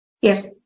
Yes